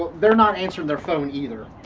they're not answering their phones either.